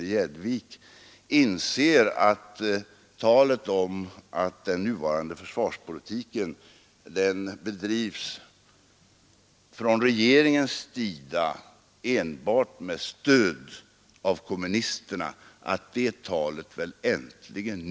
Jag hoppas, herr Petersson, att talet om att regeringen bedriver sin nuvarande försvarspolitik enbart med stöd av kommunisterna nu äntligen skall upphöra.